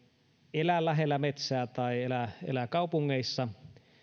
elä lähellä metsää tai elää elää kaupungeissa